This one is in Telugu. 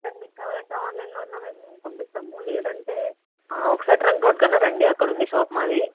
సార్ మీక్కావాలంటే ఆన్లైన్లో అయినా మేము పంపిస్తాము లేదంటే ఒకసారి ట్రంక్ రోడ్కి అయినా రండి అక్కడుంది షాప్ మాది